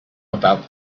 about